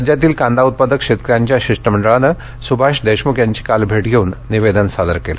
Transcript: राज्यातील कांदा उत्पादक शेतकऱ्यांच्या शिष्टमंडळानं सुभाष देशमुख यांची काल भेट घेऊन निवेदन सादर केलं